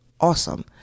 awesome